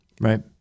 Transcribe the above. right